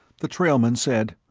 the trailman said,